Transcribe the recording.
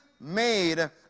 made